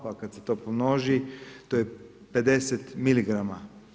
Pa kada se to pomnoži to je 50 miligrama.